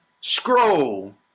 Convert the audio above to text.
scroll